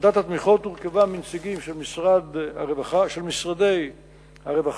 ועדת התמיכות הורכבה מנציגים של משרדי הרווחה,